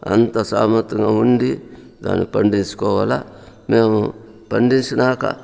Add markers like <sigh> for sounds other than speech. అంత <unintelligible> ఉండి దాన్ని పండిచ్చుకోవాల మేము పండిచ్చినాక